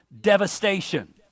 devastation